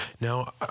Now